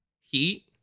heat